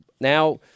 now